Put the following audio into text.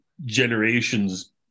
generation's